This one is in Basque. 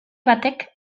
batek